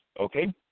Okay